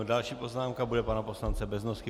Další poznámka bude pana poslance Beznosky.